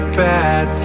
bad